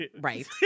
Right